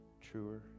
truer